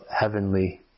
heavenly